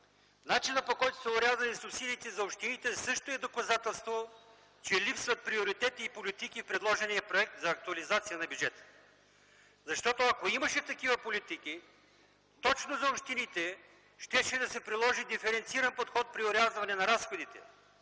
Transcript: начинът, по който са орязани субсидиите за общините, също е доказателство, че липсват приоритет и политики в предложения проект за актуализация на бюджета. Защото, ако имаше такива политики, точно за общините щеше да се приложи диференциран подход при орязване на разходите